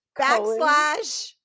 backslash